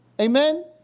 Amen